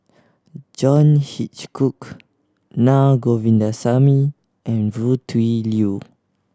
John Hitchcock Na Govindasamy and Foo Tui Liew